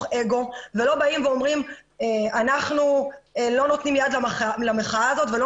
אגו ולא באים ואומרים שאנחנו לא נותנים יד למחאה הזאת ולא